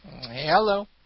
Hello